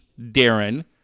Darren